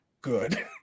good